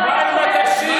בגדתם בבוחרים